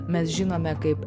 mes žinome kaip